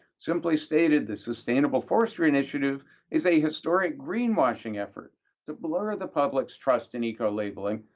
simply stated, the sustainable forestry initiative is a historic greenwashing effort to blue the public's trust in ecolabelling,